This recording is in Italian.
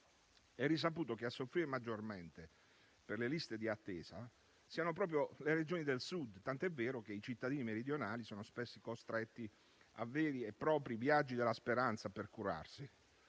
È risaputo che a soffrire maggiormente per le liste d'attesa siano proprio le Regioni del Sud, tanto è vero che i cittadini meridionali sono spesso costretti a veri e propri viaggi della speranza per curarsi: